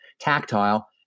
tactile